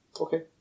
Okay